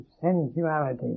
Sensuality